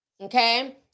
okay